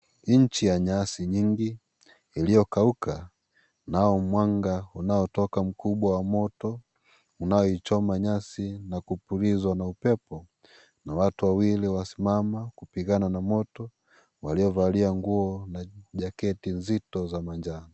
Nchi ya nyasi nyingi iliyokauka nao mwanga unaotoka mkubwa wa moto unaoichoma nyasi na kupulizwa na upepo na watu wawili wasimama kupigana na moto waliovalia nguo na jaketi nzito za manjano.